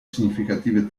significative